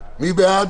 מי בעד,